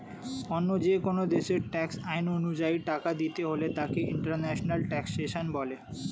অন্য যেকোন দেশের ট্যাক্স আইন অনুযায়ী টাকা দিতে হলে তাকে ইন্টারন্যাশনাল ট্যাক্সেশন বলে